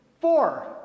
Four